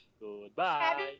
Goodbye